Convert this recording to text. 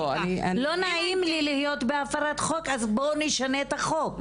לא נעים לי להיות בהפרת חוק אז בואו נשנה את החוק,